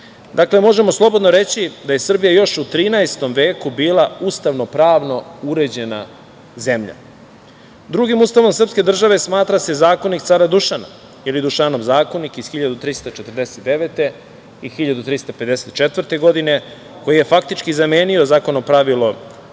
Dakle, možemo slobodno reći da je Srbija još u 13. veku bila ustavopravno uređena zemlja. Drugim Ustavom srpske države smatra se Zakonik cara Dušana ili Dušanov zakonik iz 1349. i 1354. godine, koji je faktički zamenio Zakonopravilo Svetog